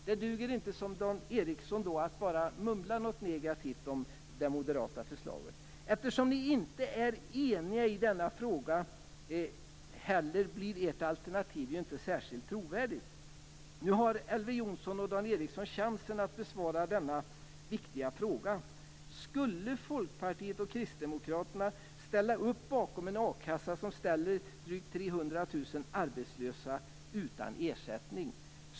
Det duger inte att som Dan Ericsson bara mumla något negativt om det moderata förslaget. Eftersom ni inte är eniga i denna fråga blir heller inte ert alternativ särskilt trovärdigt. Nu har Elver Jonsson och Dan Ericsson chansen att besvara denna viktiga fråga. Skulle Folkpartiet och Kristdemokraterna ställa upp bakom en a-kassa som ställer drygt 300 000 arbetslösa utan ersättning?